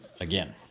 again